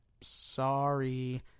Sorry